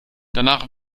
danach